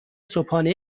صبحانه